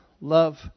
love